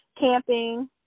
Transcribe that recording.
camping